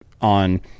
on